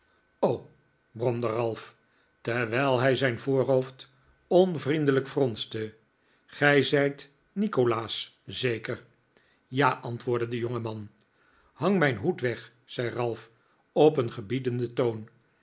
bromde ralph terwijl hij zijn voorhoofd onvriendelijk fronste gij zijt nikolaas zeker ja antwoordde de jongeman hang mijn hoed weg zei ralph op een gebiedenden toon